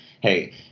hey